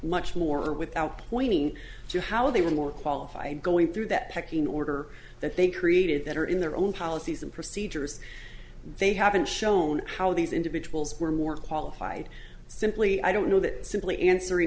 much more or without pointing to how they were more qualified going through that pecking order that they created that are in their own policies and procedures they haven't shown how these individuals were more qualified simply i don't know that simply answer in